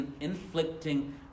inflicting